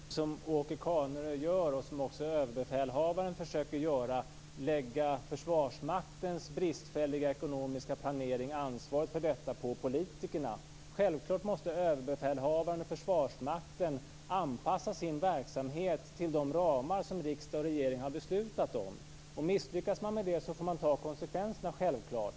Fru talman! Åke Carnerö försöker liksom också överbefälhavaren att lägga ansvaret för Försvarsmaktens bristfälliga planering på politikerna. Självklart måste överbefälhavaren och Försvarsmakten anpassa sin verksamhet till de ramar som riksdag och regering har beslutat om. Misslyckas man med det får man självfallet ta konsekvenserna.